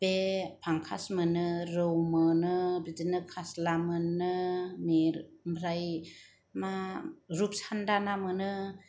बे फांखास मोनो रौ मोनो बिदिनो खास्ला मोनो मिर ओमफ्राय मा रुप सानदा मोनो